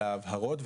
להבהרות,